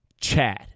Chad